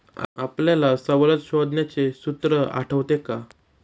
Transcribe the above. आपल्याला सवलत शोधण्याचे सूत्र आठवते का?